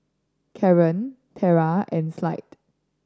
Kaaren Tierra and Clide